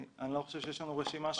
אני לא חושב שיש לנו רשימה.